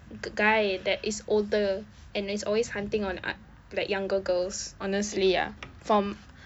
guy that is older and is always hunting on ot~ like younger girls honestly ah from